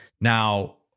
Now